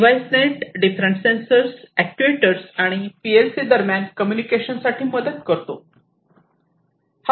device net different sensor actuators आणि PLC दरम्यान communication साठी मदत करतो